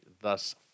thus